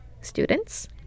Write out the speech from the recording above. students